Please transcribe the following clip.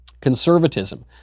Conservatism